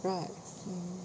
right mm